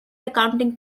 accounting